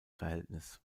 verhältnis